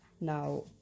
Now